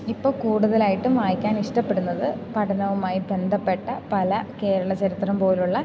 ഇപ്പം കൂടുതലായിട്ടും വായിക്കാൻ ഇഷ്ടപ്പെടുന്നത് പഠനവുമായി ബന്ധപ്പെട്ട പല കേരള ചരിത്രം പോലെയുള്ള